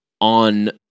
on